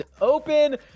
Open